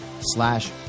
slash